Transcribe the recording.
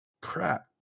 Crap